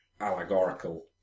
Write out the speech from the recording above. allegorical